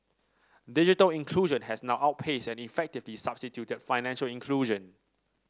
digital inclusion has now outpaced and effectively substituted financial inclusion